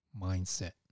mindset